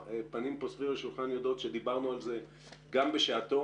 הפנים פה סביב השולחן יודעות שדיברנו על זה גם בשעתו